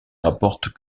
rapporte